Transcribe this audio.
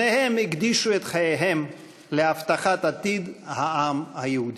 שניהם הקדישו את חייהם להבטחת עתיד העם היהודי.